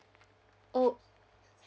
oh